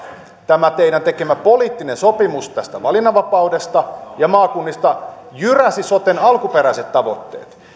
tämä teidän tekemänne poliittinen sopimus valinnanvapaudesta ja maakunnista jyräsi soten alkuperäiset tavoitteet